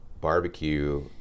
barbecue